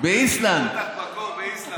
איסלנד, בקור.